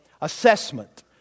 assessment